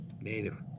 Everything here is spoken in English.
Native